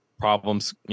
problems